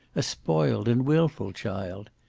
a spoiled and wilful child.